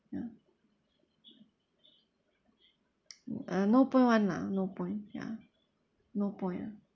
ya uh no point one lah no point ya no point ah